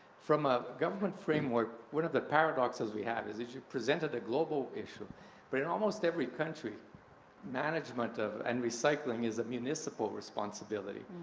from a government framework, one of the paradoxes we have is is you presented a global issue but in almost every country management of and recycling is a municipal responsibility,